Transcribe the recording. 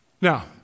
Now